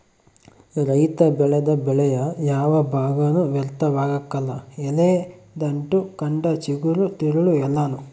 ರೈತ ಬೆಳೆದ ಬೆಳೆಯ ಯಾವ ಭಾಗನೂ ವ್ಯರ್ಥವಾಗಕಲ್ಲ ಎಲೆ ದಂಟು ಕಂಡ ಚಿಗುರು ತಿರುಳು ಎಲ್ಲಾನೂ